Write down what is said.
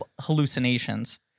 hallucinations